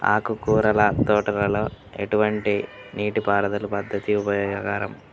ఆకుకూరల తోటలలో ఎటువంటి నీటిపారుదల పద్దతి ఉపయోగకరం?